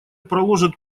проложат